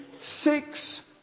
Six